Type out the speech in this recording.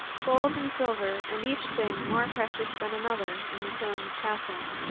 gold and silver, and each thing more precious than another, in the crone's castle.